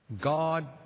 God